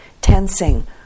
tensing